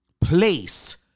place